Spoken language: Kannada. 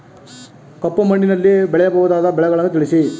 ಕಪ್ಪು ಮಣ್ಣಿನಲ್ಲಿ ಬೆಳೆಯಬಹುದಾದ ಬೆಳೆಗಳನ್ನು ತಿಳಿಸಿ?